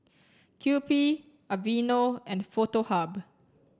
Kewpie Aveeno and Foto Hub